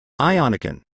Ionican